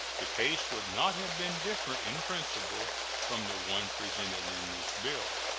the case would not have been different in principle from the one presented in this bill.